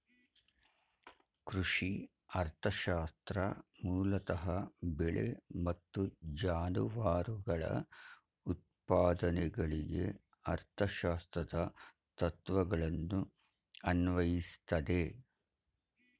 ಕೃಷಿ ಅರ್ಥಶಾಸ್ತ್ರ ಮೂಲತಃ ಬೆಳೆ ಮತ್ತು ಜಾನುವಾರುಗಳ ಉತ್ಪಾದನೆಗಳಿಗೆ ಅರ್ಥಶಾಸ್ತ್ರದ ತತ್ವಗಳನ್ನು ಅನ್ವಯಿಸ್ತದೆ